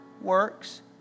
works